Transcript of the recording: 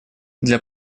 для